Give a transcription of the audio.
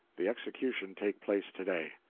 the execution take place to-day.